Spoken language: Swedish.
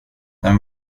den